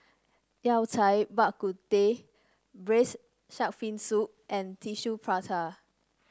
Yao Cai Bak Kut Teh braise shark fin soup and Tissue Prata